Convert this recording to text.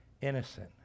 innocent